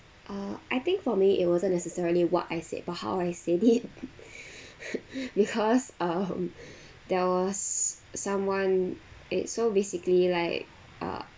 uh I think for me it wasn't necessarily what I said but how I said it because um there was someone it so basically like uh